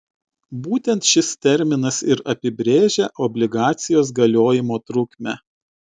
būtent šis terminas ir apibrėžia obligacijos galiojimo trukmę